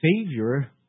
Savior